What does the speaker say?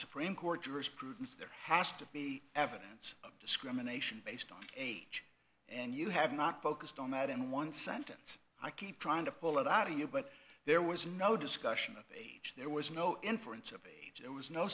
jurisprudence there has to be evidence of discrimination based on age and you have not focused on that in one sentence i keep trying to pull it out to you but there was no discussion of age there was no inference of age there was no